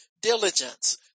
diligence